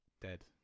dead